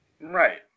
Right